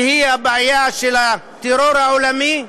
שהיא הבעיה של הטרור העולמי,